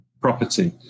property